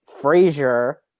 Frazier